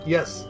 Yes